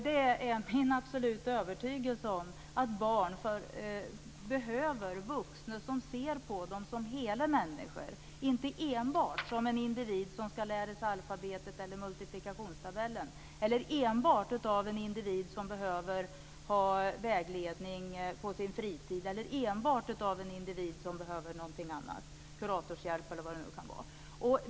Det är min absoluta övertygelse att barn behöver vuxna som ser på dem som hela människor och inte enbart som en individ som skall lära sig alfabetet eller multiplikationstabellen, som en individ som behöver ha vägledning på sin fritid eller som en individ som behöver kuratorshjälp eller något annat.